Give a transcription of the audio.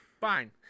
fine